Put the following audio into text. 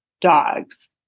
dogs